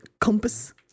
Compass